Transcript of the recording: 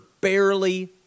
barely